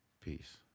Peace